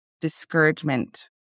discouragement